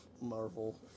Marvel